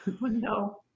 No